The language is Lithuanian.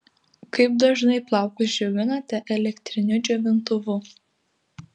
kaip dažnai plaukus džiovinate elektriniu džiovintuvu